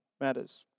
matters